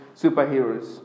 superheroes